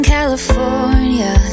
California